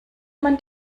man